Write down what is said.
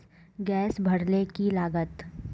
Gas भरले की लागत?